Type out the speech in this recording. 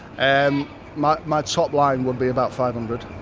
and my my top line would be about five hundred